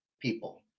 people